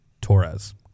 torres